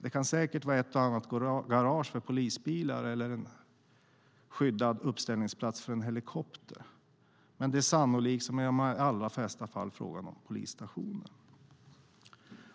Det kan säkert vara ett och annat garage för polisbilar eller en skyddad uppställningsplats för en helikopter, men sannolikt är det i de allra flesta fall fråga om polisstationer.